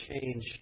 change